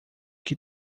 que